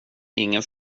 ingen